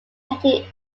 painting